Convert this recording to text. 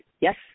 yes